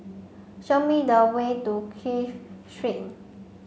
show me the way to Clive Street